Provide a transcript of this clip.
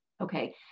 Okay